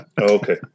Okay